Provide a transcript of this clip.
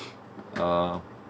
uh